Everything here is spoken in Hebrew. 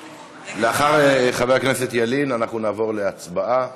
לאחר חבר הכנסת ילין אנחנו נעבור להצבעה